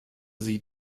sie